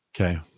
Okay